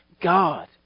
God